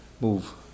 move